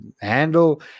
handle